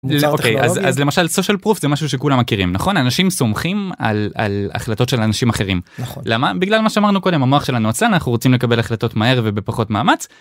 אז למשל סושל פרופ זה משהו שכולם מכירים נכון אנשים סומכים על החלטות של אנשים אחרים למה בגלל מה שאמרנו קודם המוח שלנו עשה אנחנו רוצים לקבל החלטות מהר ובפחות מאמץ.